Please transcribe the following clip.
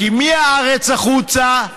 כי מהארץ החוצה,